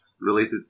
related